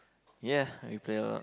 yeah we play a lot